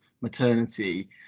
maternity